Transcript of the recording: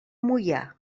moià